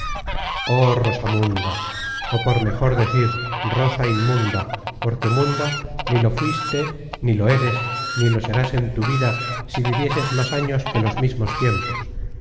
oh rosamunda ó por mejor decir rosa inmunda porque munda ni lo fuiste ni lo eres ni lo serás en tu vida si vivieses más años que los mismos tiempos